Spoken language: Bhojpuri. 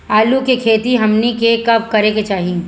आलू की खेती हमनी के कब करें के चाही?